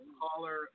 Caller